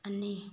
ꯑꯅꯤ